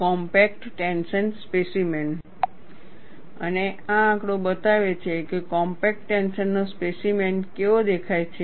compact tension specimen અને આ આંકડો બતાવે છે કે કોમ્પેક્ટ ટેન્શનનો સ્પેસીમેન કેવો દેખાય છે